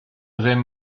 ddim